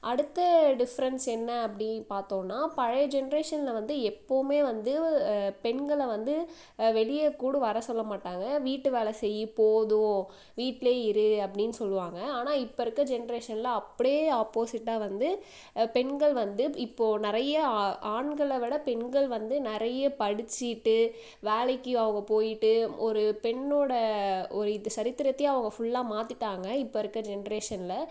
அடுத்த டிஃப்ரெண்ட்ஸ் என்ன அப்படி பார்த்தோன்னா பழைய ஜென்ரேஷனில் வந்து எப்போமே வந்து பெண்களை வந்து வெளியக்கூடு வர சொல்ல மாட்டாங்க வீட்டில் வேலை செய்யி போதும் வீட்டில் இரு அப்படின்னு சொல்லுவாங்கள் ஆனால் இப்போ இருக்க ஜென்ரேஷனில் அப்டி ஆப்போஸிட்டாக வந்து பெண்கள் வந்து இப்போது நிறைய ஆண்களை விட பெண்கள் வந்து நிறைய படிசசு ட்டு வேலைக்கு அவுக போயிட்டு ஒரு பெண்ணோட ஒரு இது சரித்திரத்தையே அவங்க ஃபுல்லா மாத்திட்டாங்க இப்போ இருக்க ஜென்ரேஷனில்